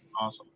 Awesome